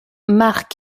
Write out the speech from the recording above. marc